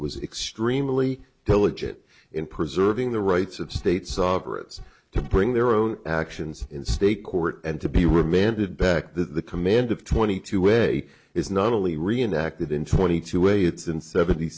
was extremely diligent in preserving the rights of states operatives to bring their own actions in state court and to be remanded back the command of twenty two way is not only reenacted in twenty two way it's in seventy